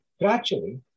Gradually